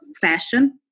fashion